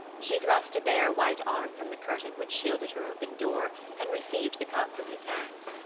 she thrust a bare, white arm from the curtain which shielded her open door, and received the cup from his hands.